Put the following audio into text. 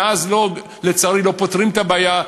ואז לצערי לא פותרים את הבעיה,